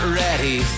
ready